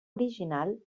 original